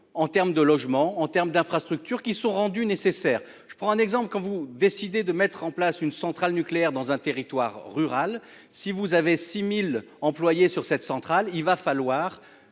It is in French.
en terme de logement en terme d'infrastructures qui sont rendues nécessaires. Je prends un exemple, quand vous décidez de mettre en place une centrale nucléaire dans un territoire rural. Si vous avez 6000 employés sur cette centrale il va falloir